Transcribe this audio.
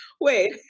wait